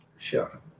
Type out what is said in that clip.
Sure